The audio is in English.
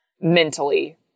mentally